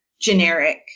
generic